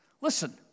Listen